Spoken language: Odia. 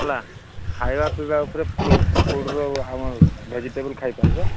ହେଲା ଖାଇବା ପିଇବା ଉପରେ ଫୁଡ୍ ଫୁଡ୍ର ଆମର ଭେଜିଟେବୁଲ୍ ଖାଇ ପାରିବେ